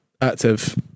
active